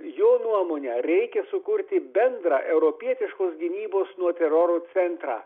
jo nuomone reikia sukurti bendrą europietiškos gynybos nuo teroro centrą